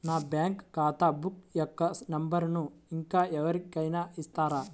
నా బ్యాంక్ ఖాతా బుక్ యొక్క నంబరును ఇంకా ఎవరి కైనా ఇస్తారా?